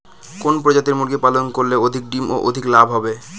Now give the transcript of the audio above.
কোন প্রজাতির মুরগি পালন করলে অধিক ডিম ও অধিক লাভ হবে?